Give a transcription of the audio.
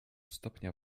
stopnia